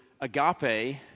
Agape